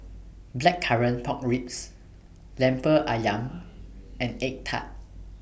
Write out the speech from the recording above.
Blackcurrant Pork Ribs Lemper Ayam and Egg Tart